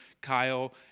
Kyle